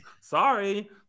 sorry